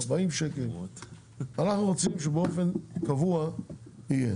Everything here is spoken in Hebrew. אנחנו רוצים שבאופן קבוע יהיו.